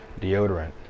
deodorant